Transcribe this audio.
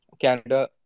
Canada